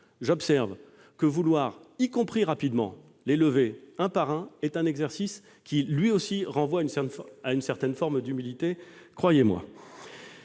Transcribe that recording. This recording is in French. J'observe que vouloir lever, et rapidement, les dispositifs un par un est un exercice qui, lui aussi, renvoie à une certaine forme d'humilité- croyez-moi